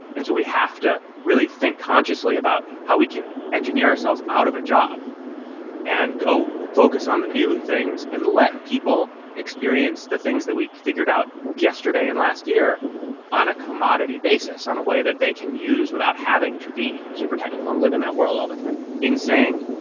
and so we have to really think consciously about how we can engineer ourselves out of a job and go focus on the new things and let people experience the things that we figured out yesterday and last year on a commodity basis, on a way that they can use without having to be super technical and live in that world all the time in saying,